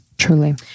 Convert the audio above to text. Truly